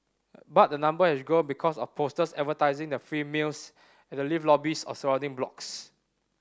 but the number has grown because of posters advertising the free meals at the lift lobbies of surrounding blocks